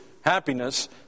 happiness